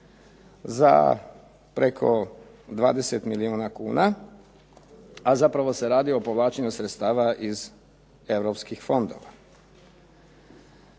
za preko 20 milijuna kuna, a zapravo se radi o povlačenju sredstava iz europskih fondova.